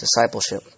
discipleship